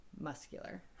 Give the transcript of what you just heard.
muscular